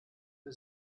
für